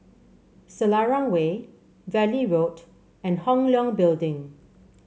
Selarang Way Valley Road and Hong Leong Building